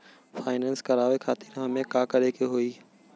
Finance करावे खातिर हमें का करे के होई?